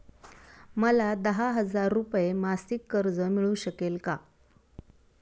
मला दहा हजार रुपये मासिक कर्ज मिळू शकेल का?